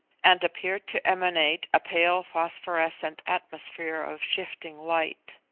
and appeared to emanate a pale phosphorescent atmosphere of shifting light.